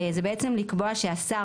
זה בעצם לקבוע שהשר,